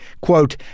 quote